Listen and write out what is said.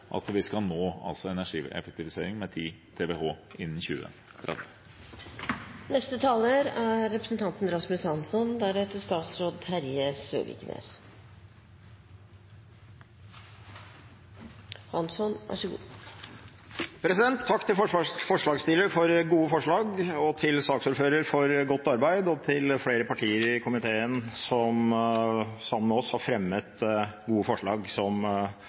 at vi skal nå energieffektivisering med 10 TWh innen 2030. Takk til forslagsstillerne for gode forslag, til saksordføreren for godt arbeid og til flere partier i komiteen som sammen med oss har fremmet gode forslag som